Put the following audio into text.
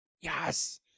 Yes